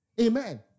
Amen